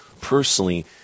personally